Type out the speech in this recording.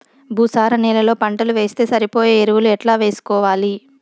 భూసార నేలలో పంటలు వేస్తే సరిపోయే ఎరువులు ఎట్లా వేసుకోవాలి?